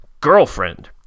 Girlfriend